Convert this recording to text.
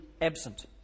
absent